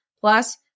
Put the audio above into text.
plus